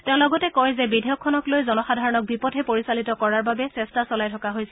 তেওঁ লগতে কয় যে বিধেয়কখনক লৈ জনসাধাৰণক বিপথে পৰিচালিত কৰাৰ বাবে চেষ্টা চলাই থকা হৈছে